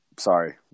Sorry